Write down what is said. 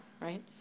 right